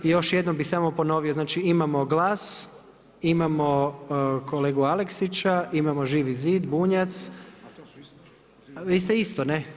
I još jednom bih samo ponovio, znači imamo GLAS, imamo kolegu Aleksića, imamo Živi zid Bunjac, …... [[Upadica se ne čuje.]] A vi ste isto, ne?